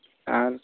ᱟᱨ